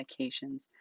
medications